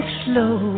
slow